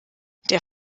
der